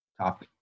top